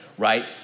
Right